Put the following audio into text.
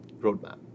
roadmap